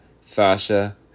Sasha